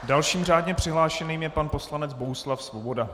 Dalším řádně přihlášeným je pan poslanec Bohuslav Svoboda.